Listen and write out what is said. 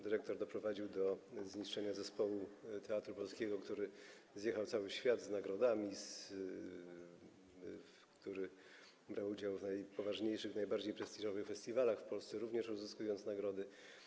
Dyrektor doprowadził do zniszczenia zespołu teatru polskiego, który objechał cały świat, wielokrotnie został nagrodzony, który brał udział w najpoważniejszych, najbardziej prestiżowych festiwalach w Polsce, również zdobywając nagrody.